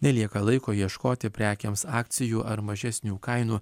nelieka laiko ieškoti prekėms akcijų ar mažesnių kainų